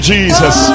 Jesus